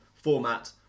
format